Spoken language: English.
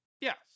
Yes